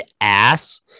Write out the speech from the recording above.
ass